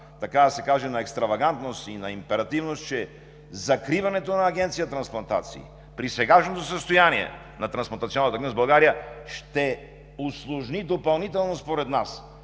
никаква доза на екстравагантност и на императивност, че закриването на Агенцията по трансплантация, сегашното състояние на трансплантационната дейност в България, ще усложни допълнително, според нас,